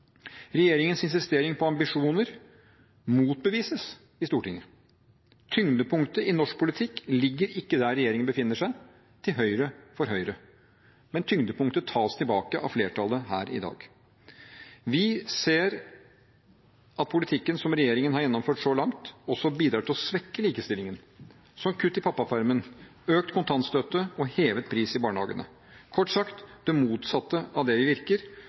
Regjeringens insistering på ambisjoner motbevises i Stortinget. Tyngdepunktet i norsk politikk ligger ikke der regjeringen befinner seg, til høyre for Høyre, men tyngdepunktet tas tilbake av flertallet her i dag. Vi ser at politikken som regjeringen har gjennomført så langt, også bidrar til å svekke likestillingen – som kutt i pappapermen, økt kontantstøtte og hevet pris i barnehagene, kort sagt det motsatte av det som virker